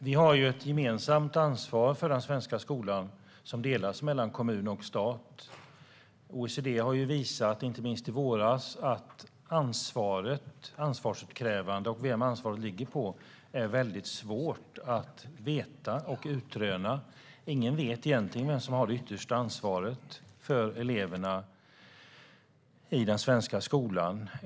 Fru talman! Vi har ett gemensamt ansvar för den svenska skolan. Det delas mellan kommun och stat. OECD har visat, inte minst i våras, att ansvarsutkrävandet är svårt eftersom det är svårt att veta vem ansvaret ligger på. Ingen vet egentligen vem som har det yttersta ansvaret för eleverna i den svenska skolan.